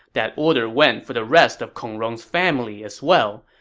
that order went for the rest of kong rong's family as well,